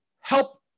help